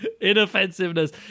inoffensiveness